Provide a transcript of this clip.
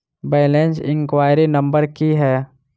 Balance enquiry number की है?